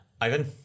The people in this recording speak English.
Ivan